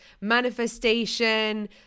manifestation